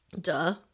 Duh